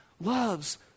loves